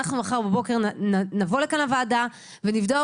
מחר בבוקר אנחנו נבוא לכאן לוועדה ונבדוק